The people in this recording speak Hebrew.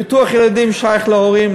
ביטוח ילדים שייך להורים,